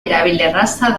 erabilerraza